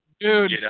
Dude